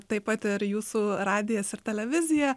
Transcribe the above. taip pat ir jūsų radijas ir televizija